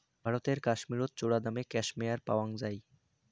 ভারতের কাশ্মীরত চরাদামে ক্যাশমেয়ার পাওয়াং যাই